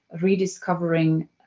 rediscovering